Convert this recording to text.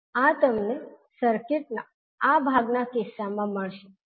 આ તમને સર્કિટના આ ભાગના કિસ્સામાં મળશે